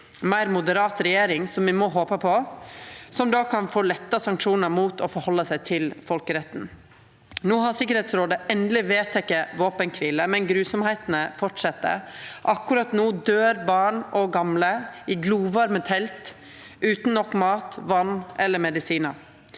meir moderat regjering, som me må håpe på, som då kan få letta sanksjonar mot å forhalde seg til folkeretten. No har Tryggingsrådet endeleg vedteke våpenkvile, men dei fryktelege hendingane fortset. Akkurat no døyr barn og gamle i glovarme telt utan nok mat, vatn eller medisinar.